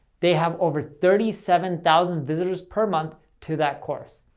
they have over thirty seven thousand visitors per month to that course.